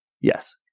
Yes